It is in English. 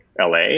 LA